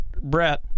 Brett